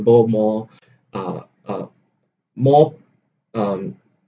more uh uh more um